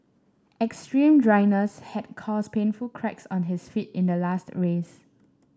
extreme dryness had caused painful cracks on his feet in the last race